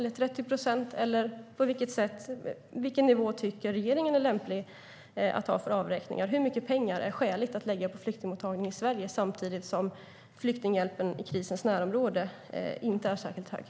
Är 30 procent en rimlig nivå? Vilken nivå tycker regeringen är lämplig att ha på avräkningar? Hur mycket pengar är det skäligt att lägga på flyktingmottagning i Sverige samtidigt som flyktinghjälpen i krisens närområde inte är särskilt stor?